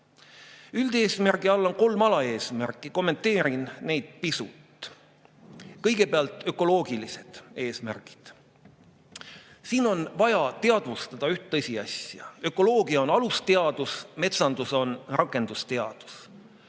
Üldeesmärgi all on kolm alaeesmärki. Kommenteerin neid pisut. Kõigepealt ökoloogilised eesmärgid. Siin on vaja teadvustada üht tõsiasja: ökoloogia on alusteadus, metsandus on rakendusteadus.